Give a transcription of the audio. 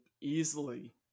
easily